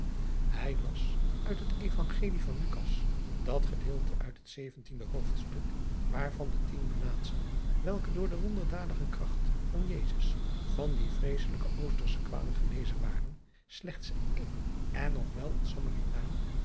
ij las uit het vangelie van dat gedeelte uit het oofdstuk waar van de tien melaatschen welke door de wonderdadige kracht van van die vreesselijke ostersche kwale genezen waren slechts één en nog wel een